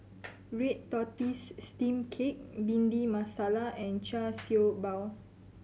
red tortoise steamed cake Bhindi Masala and Char Siew Bao